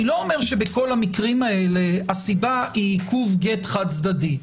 אני לא אומר שבכל המקרים האלה הסיבה היא עיכוב גט חד-צדדי.